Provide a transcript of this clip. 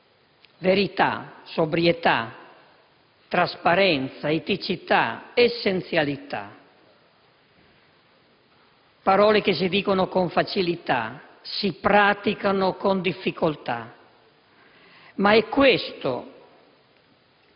Verità, sobrietà, trasparenza, eticità ed essenzialità sono parole che si dicono con facilità, si praticano con difficoltà. Ma è questo